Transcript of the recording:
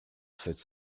sept